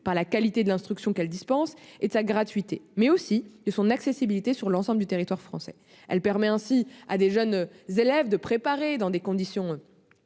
par la qualité de l'instruction qu'elle dispense, de sa gratuité, mais aussi de son accessibilité sur l'ensemble du territoire français. Elle permet ainsi à de jeunes élèves de se préparer, dans des conditions